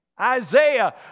Isaiah